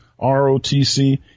ROTC